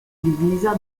divisa